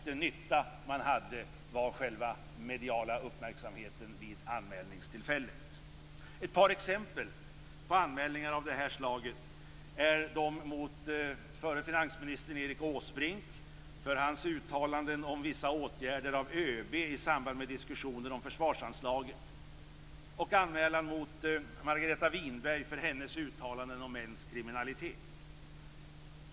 Den nytta man hade var den mediala uppmärksamheten vid anmälningstillfället. Ett par exempel på anmälningar av det här slaget är de som gjorts mot förre finansministern Erik Åsbrink för hans uttalanden om vissa åtgärder av ÖB i samband med diskussioner om försvarsanslaget och anmälan mot Margareta Winberg för hennes uttalanden om mäns kriminalitet.